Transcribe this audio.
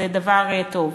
זה דבר טוב.